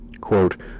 quote